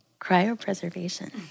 Cryopreservation